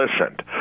listened